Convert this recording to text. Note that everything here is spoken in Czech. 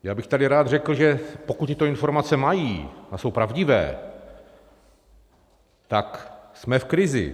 Já bych tady rád řekl, že pokud tyto informace mají a jsou pravdivé, tak jsme v krizi.